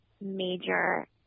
major